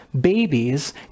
babies